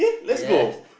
yes